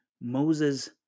Moses